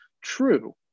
true